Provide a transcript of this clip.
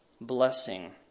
blessing